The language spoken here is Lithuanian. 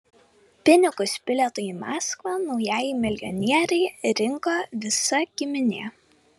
pinigus bilietui į maskvą naujajai milijonierei rinko visa giminė